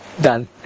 done